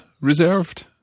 reserved